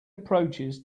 approaches